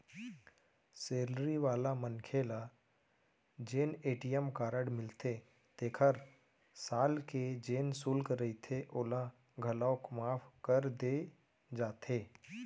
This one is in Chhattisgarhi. सेलरी वाला मनखे ल जेन ए.टी.एम कारड मिलथे तेखर साल के जेन सुल्क रहिथे ओला घलौक माफ कर दे जाथे